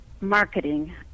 marketing